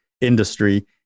industry